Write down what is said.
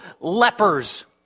lepers